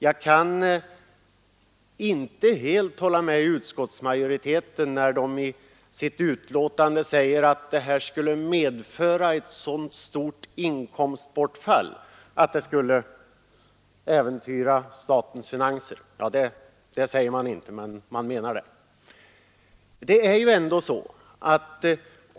Jag kan inte helt hålla med utskottsmajoriteten, när den i betänkandet säger att detta skulle medföra ett så stort inkomstbortfall att det skulle äventyra statens finanser — så uttrycker man det inte, men man menar det.